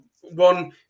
one